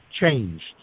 changed